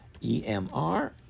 EMR